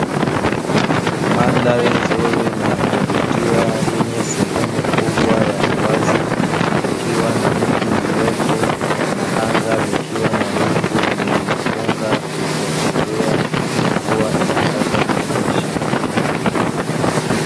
Mandhari nzuri na ya kuvutia yenye sehemu kubwa ya uwazi, kukiwa na miti mirefu na anga likiwa na wingu lililofunga, ikiashiria mvua inataka kuonyesha.